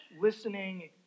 listening